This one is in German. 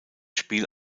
spiel